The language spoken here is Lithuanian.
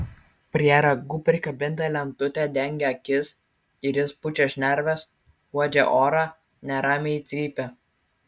prie ragų prikabinta lentutė dengia akis ir jis pučia šnerves uodžia orą neramiai trypia